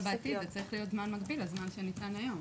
אבל בעתיד זה צריך להיות זמן מקביל לזמן שניתן היום.